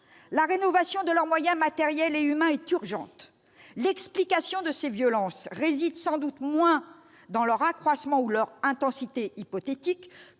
la rénovation de leurs moyens matériels et humains est urgente. L'explication de ces violences réside sans doute moins dans leur accroissement ou leur intensité hypothétiques